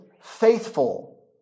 faithful